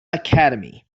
academy